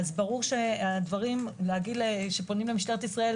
ברור שהדברים שפונים למשטרת ישראל,